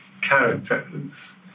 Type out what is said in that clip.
characters